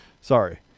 Sorry